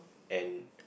and